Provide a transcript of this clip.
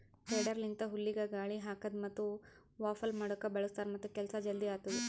tedder ಲಿಂತ ಹುಲ್ಲಿಗ ಗಾಳಿ ಹಾಕದ್ ಮತ್ತ ವಾಫಲ್ ಮಾಡುಕ್ ಬಳ್ಸತಾರ್ ಮತ್ತ ಕೆಲಸ ಜಲ್ದಿ ಆತ್ತುದ್